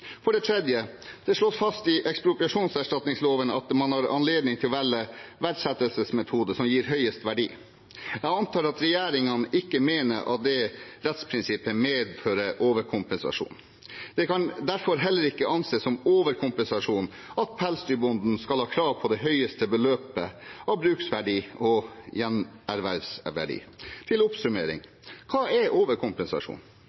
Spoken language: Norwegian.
For det tredje: Det slås fast i ekspropriasjonserstatningsloven at man har anledning til å velge den verdifastsettelsesmetoden som gir høyest verdi. Jeg antar at regjeringen ikke mener at det rettsprinsippet medfører overkompensasjon. Det kan derfor heller ikke anses som overkompensasjon at pelsdyrbonden skal ha krav på det høyeste beløpet av bruksverdi og gjenervervsverdi. Til